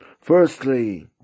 Firstly